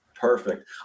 Perfect